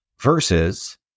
versus